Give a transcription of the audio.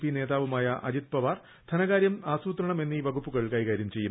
P നേതാവുമായ അജിത് പവാർ ധനകാര്യം ആസൂത്രണം എന്നീ വകുപ്പുകൾ കൈകാര്യം ചെയ്യും